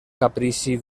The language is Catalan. caprici